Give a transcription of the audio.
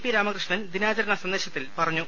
P Ramakrishnan ദിനാചരണ സന്ദേശത്തിൽ പറഞ്ഞു